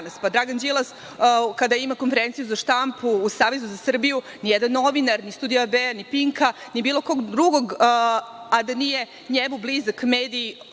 Dragan Đilas kada ima konferenciju za štampu i Savezu sa Srbiju, ni jedan novinar „Studija B“, ni „Pinka“, ni bilo kog drugog, a da nije njemu blizak medij,